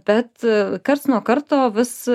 bet karts nuo karto vis